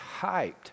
hyped